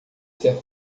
ser